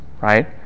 right